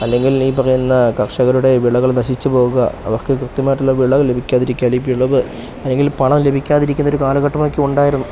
അല്ലെങ്കിൽ ഈ പറയുന്ന കർഷകരുടെ വിളകൾ നശിച്ച് പോകുക അവർക്ക് കൃത്യമായിട്ടുള്ള വിളവ് ലഭിക്കാതിരിക്കാൽ ഈ വിളവ് അല്ലെങ്കിൽ പണം ലഭിക്കാതിരിക്കുന്ന ഒരു കാലഘട്ടം ഒക്കെ ഉണ്ടായിരുന്നു